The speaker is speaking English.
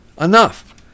enough